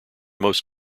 most